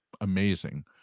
amazing